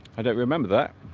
i don't remember that